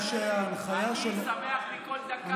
אני שמח מכל דקה.